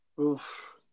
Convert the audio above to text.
Oof